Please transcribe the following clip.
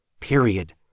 period